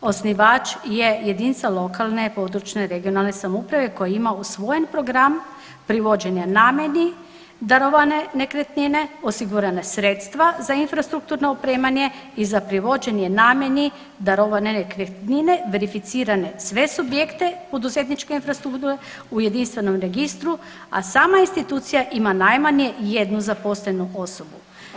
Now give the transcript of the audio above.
Osnivač je jedinica lokalne područne regionalne samouprave koja ima u svojem program privođenja namjeni darovane nekretnine, osigurana sredstva za infrastrukturno opremanje i za privođenje namjeni darovane nekretnine, verificirane sve subjekte poduzetničke infrastrukture u jedinstvenom registru, a sama institucija ima najmanje jednu zaposlenu osobu.